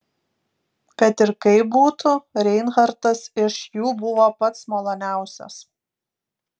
kad ir kaip būtų reinhartas iš jų buvo pats maloniausias